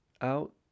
out